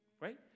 right